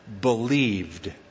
believed